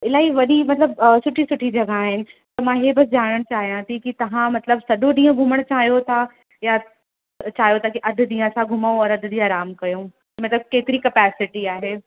इलाही वॾी मतिलबु सुठी सुठी जॻहि आहिनि मां इहो बसि ॼाणणु चाहियां थी की तव्हां मतिलबु सॼो ॾींहुं घुमणु चाहियो था या चाहियो था की अधु ॾींहुं असां घुमूं औरि अधु ॾींहुं आराम कयूं मतिलबु केतरी कपैसिटी आहे